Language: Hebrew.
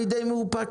מה הבעיה?